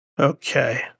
Okay